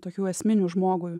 tokių esminių žmogui